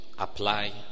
Apply